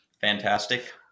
fantastic